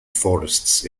forests